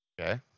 Okay